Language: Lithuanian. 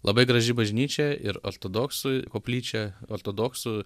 labai graži bažnyčia ir ortodoksų koplyčia ortodoksų